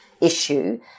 issue